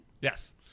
Yes